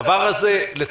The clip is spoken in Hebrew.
יש